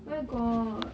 where got